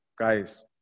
Guys